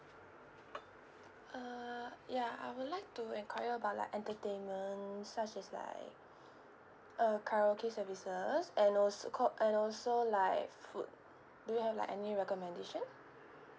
uh ya I would like to enquire about like entertainment stuff that's like uh karaoke services and also co~ and also like food do you have like any recommendation